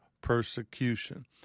persecution